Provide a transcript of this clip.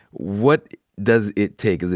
what does it take?